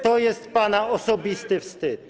To jest pana osobisty wstyd.